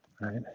right